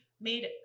made